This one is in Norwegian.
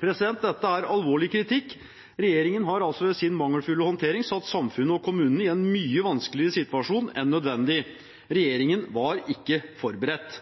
Dette er alvorlig kritikk. Regjeringen har altså ved sin mangelfulle håndtering satt samfunnet og kommunene i en mye vanskeligere situasjon enn nødvendig. Regjeringen var ikke forberedt.